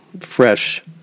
fresh